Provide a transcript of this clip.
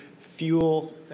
fuel